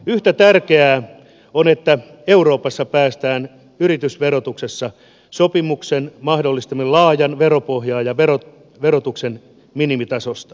yhtä tärkeää on että euroopassa päästään yritysverotuksessa sopimukseen mahdollisimman laajasta veropohjasta ja verotuksen minimitasosta